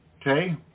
Okay